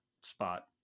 spot